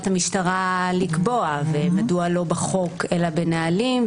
המשטרה לקבוע ומדוע לא בחוק אלא בנהלים?